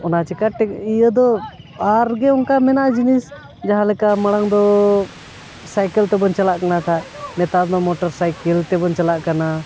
ᱚᱱᱟ ᱪᱤᱠᱟᱹ ᱴᱷᱤᱠ ᱤᱭᱟᱹ ᱫᱚ ᱟᱨᱜᱮ ᱚᱱᱠᱟ ᱢᱮᱱᱟᱜᱼᱟ ᱡᱤᱱᱤᱥ ᱡᱟᱦᱟᱸ ᱞᱮᱠᱟ ᱢᱟᱲᱟᱝ ᱫᱚ ᱥᱟᱭᱠᱮᱞ ᱛᱮᱵᱚᱱ ᱪᱟᱞᱟᱜ ᱠᱟᱱᱟ ᱦᱟᱸᱜ ᱱᱮᱛᱟᱨ ᱫᱚ ᱢᱚᱴᱚᱨ ᱥᱟᱭᱠᱮᱞ ᱛᱮᱵᱚᱱ ᱪᱟᱞᱟᱜ ᱠᱟᱱᱟ